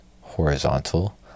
horizontal